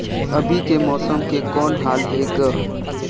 अभी के मौसम के कौन हाल हे ग?